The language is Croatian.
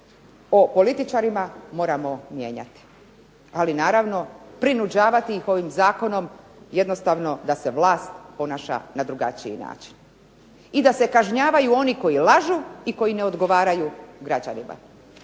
o političarima moramo mijenjati, ali naravno prinuđavati ih ovim Zakonom jednostavno da se vlast ponaša na drugačiji način i da se kažnjavaju oni koji lažu i koji ne odgovaraju građanima.